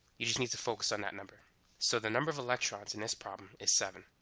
you just need to focus on that number so the number of electrons in this problem is seven